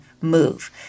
move